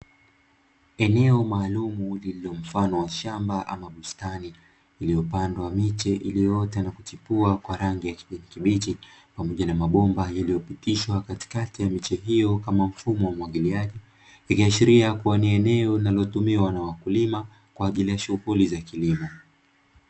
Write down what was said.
Eneo maalumu lililo mfano wa shamba ama bustani iliyopandwa miche iliyoota na kuchipua kwa rangi ya kipekee kibichi, pamoja na mabomba yaliyopitishwa katikati ya mechi hiyo kama mfumo wa umwagiliaji, na kuwa ni eneo linalotumiwa na wakulima kwa ajili ya shughuli za kilimo.